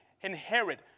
inherit